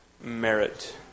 merit